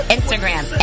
Instagram